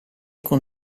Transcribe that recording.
con